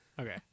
Okay